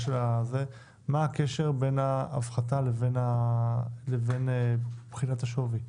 של התקנות מה הקשר בין ההפחתה לבחינת השווי?